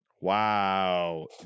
Wow